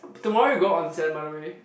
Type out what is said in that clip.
tomorrow we go onsen by the way